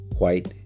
white